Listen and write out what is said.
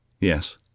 Yes